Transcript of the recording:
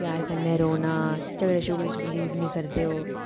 प्यार कन्नै रौह्ना झगड़े झुगड़ च बिलीव निं करदे ओह्